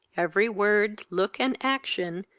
every word, look, and action,